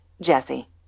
Jesse